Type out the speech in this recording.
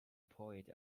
poet